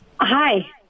Hi